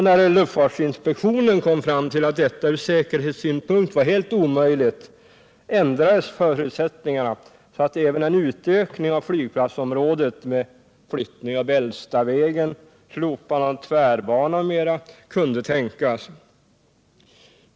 När luftfartsinspektionen kom fram till att detta från säkerhetssynpunkt var helt omöjligt ändrades förutsättningarna så att även en utökning av flygplatsområdet med flyttning av Bällstavägen, slopande av tvärbanan m.m. kunde tänkas.